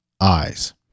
eyes